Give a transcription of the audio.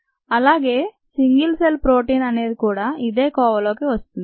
అలాగే single cell protein అనేది కూడా ఇదే కోవలోకి వస్తుంది